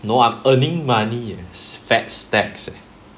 no I'm earning money fat stacks eh